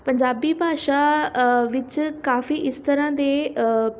ਪੰਜਾਬੀ ਭਾਸ਼ਾ ਵਿੱਚ ਕਾਫੀ ਇਸ ਤਰ੍ਹਾਂ ਦੇ